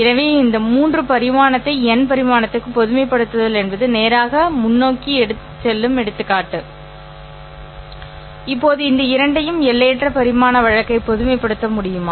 எனவே மூன்று பரிமாணத்தை n பரிமாணத்திற்கு பொதுமைப்படுத்துதல் என்பது நேராக முன்னோக்கி செல்லும் எடுத்துக்காட்டு இப்போது இந்த இரண்டையும் எல்லையற்ற பரிமாண வழக்கை பொதுமைப்படுத்த முடியுமா